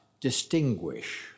distinguish